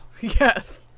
Yes